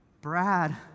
Brad